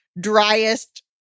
driest